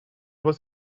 was